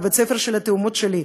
בבית-ספר של התאומות שלי,